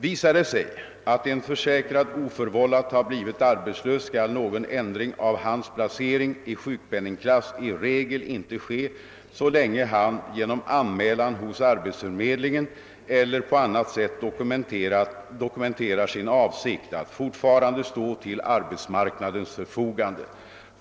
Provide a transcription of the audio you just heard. Visar det sig att en försäkrad oförvållat har blivit arbetslös, skall någon ändring av hans placering i sjukpenningklass i regel inte ske så länge han genom anmälan hos arbetsförmedlingen eller på annat sätt dokumenterar sin avsikt att fortfarande stå till arbetsmarknadens förfogande.